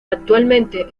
actualmente